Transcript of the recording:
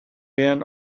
been